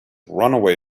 runaway